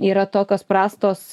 yra tokios prastos